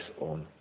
on